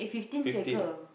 fifteen